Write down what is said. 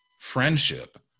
friendship